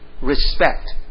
respect